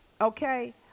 okay